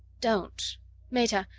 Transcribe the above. don't meta,